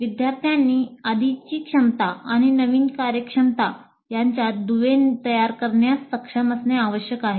विद्यार्थ्यांनी आधीची क्षमता आणि नवीन कार्यक्षमता यांच्यात दुवे तयार करण्यास सक्षम असणे आवश्यक आहे